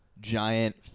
Giant